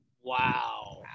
Wow